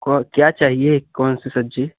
को क्या चाहिए कौन सी सब्ज़ी